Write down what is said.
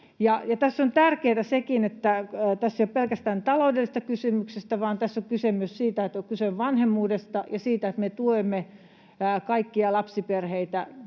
Tässä on tärkeätä sekin, että tässä ei ole kyse pelkästään taloudellisesta kysymyksestä, vaan tässä on kyse myös vanhemmuudesta ja siitä, että me tuemme kaikkia lapsiperheitä